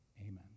amen